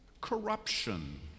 corruption